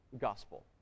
gospel